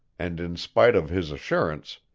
and, in spite of his assurance,